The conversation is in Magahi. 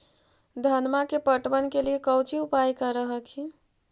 धनमा के पटबन के लिये कौची उपाय कर हखिन?